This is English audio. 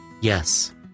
yes